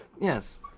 yes